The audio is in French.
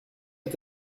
est